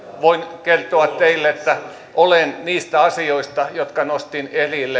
voin kertoa teille että olen niistä asioista jotka nostin